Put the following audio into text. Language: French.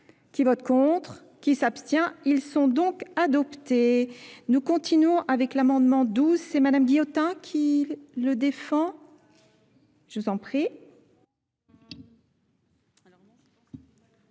qui vote contre, qui s'abstient, ils sont donc adoptés. Nous continuons avec l'amendement 12 c'est Mᵐᵉ Guillotin qui défend. Je vous en prie.